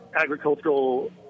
agricultural